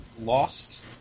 lost